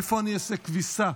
איפה אני אעשה כביסה?